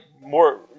more